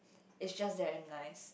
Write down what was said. it's just very nice